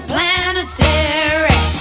Planetary